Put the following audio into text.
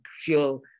feel